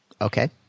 Okay